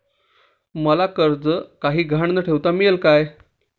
मला कर्ज काही गहाण न ठेवता मिळेल काय?